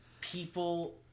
people